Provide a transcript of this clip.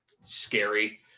scary